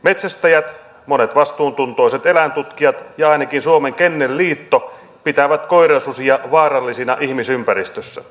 metsästäjät monet vastuuntuntoiset eläintutkijat ja ainakin suomen kennelliitto pitävät koirasusia vaarallisina ihmisympäristössä